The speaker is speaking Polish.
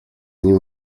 nim